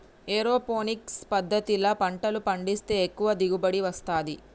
aeroponics పద్దతిల పంటలు పండిస్తే ఎక్కువ దిగుబడి వస్తది